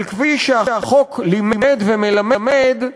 אבל כפי שהחוק לימד ומלמד,